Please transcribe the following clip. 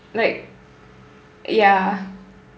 like ya